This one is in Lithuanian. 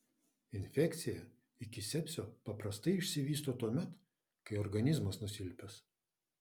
infekcija iki sepsio paprastai išsivysto tuomet kai organizmas nusilpęs